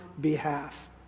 behalf